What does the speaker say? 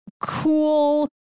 cool